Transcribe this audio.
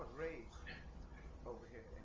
raised over here